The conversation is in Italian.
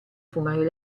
fumare